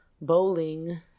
bowling